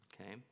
Okay